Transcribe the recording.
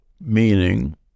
meaning